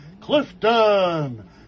Clifton